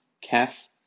calf